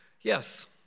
yes